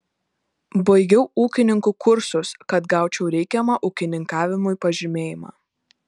baigiau ūkininkų kursus kad gaučiau reikiamą ūkininkavimui pažymėjimą